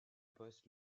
poste